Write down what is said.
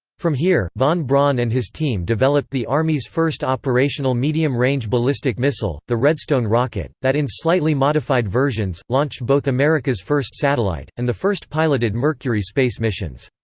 from here, von braun and his team developed the army's first operational medium-range ballistic missile, the redstone rocket, that in slightly modified versions, launched both america's america's first satellite, and the first piloted mercury space missions.